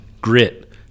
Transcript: grit